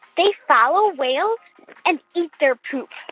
they follow whales and eat their poop.